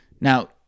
Now